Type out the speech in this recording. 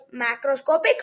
macroscopic